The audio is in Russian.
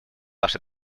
ваши